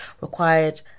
required